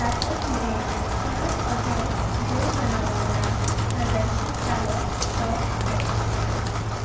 ताचें फुडें परत अजय देवगणा वांगडा प्रदर्शीत जालो तो कॅश